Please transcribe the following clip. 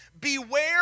Beware